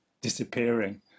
disappearing